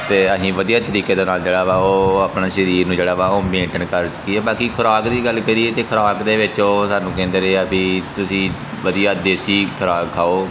ਅਤੇ ਅਸੀਂ ਵਧੀਆ ਤਰੀਕੇ ਦੇ ਨਾਲ ਜਿਹੜਾ ਵਾ ਉਹ ਆਪਣਾ ਸਰੀਰ ਨੂੰ ਜਿਹੜਾ ਵਾ ਉਹ ਮੇਟੇਨ ਕਰ ਸਕੀਏ ਬਾਕੀ ਖੁਰਾਕ ਦੀ ਗੱਲ ਕਰੀਏ ਤਾਂ ਖੁਰਾਕ ਦੇ ਵਿੱਚ ਉਹ ਸਾਨੂੰ ਕਹਿੰਦੇ ਰਹੇ ਆ ਵੀ ਤੁਸੀਂ ਵਧੀਆ ਦੇਸੀ ਖੁਰਾਕ ਖਾਓ